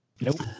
Nope